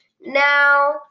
Now